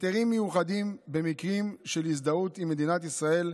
היתרים מיוחדים במקרים של הזדהות עם מדינת ישראל,